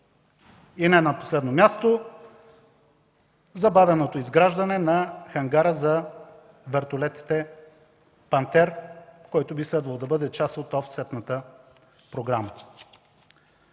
Не на последно място, забавеното изграждане на хангара за вертолетите „Пантер”, който би следвало да бъде част от офсетната програма.